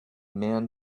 man